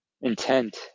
intent